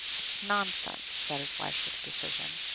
it's nonsense, said his wife with decision.